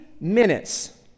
minutes